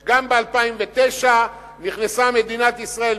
גם אלה שמבינים לא מבינים,